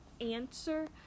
answer